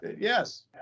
yes